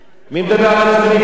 מי מדבר על הצמיד פה?